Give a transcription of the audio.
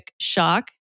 shock